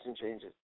changes